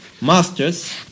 masters